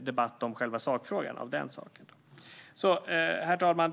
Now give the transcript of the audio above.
debatten om själva sakfrågan bättre. Herr talman!